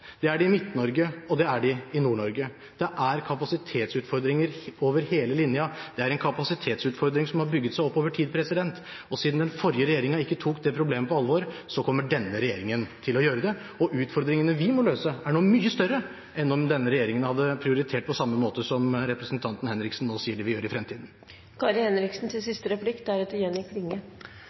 det er man i Midt-Norge, og det er man i Nord-Norge. Det er kapasitetsutfordringer over hele linjen. Det er en kapasitetsutfordring som har bygd seg opp over tid, og siden den forrige regjeringen ikke tok det problemet på alvor, kommer denne regjeringen til å gjøre det, og utfordringene vi må løse, er nå mye større enn om den forrige regjeringen hadde prioritert på samme måte som representanten Henriksen nå sier man vil gjøre i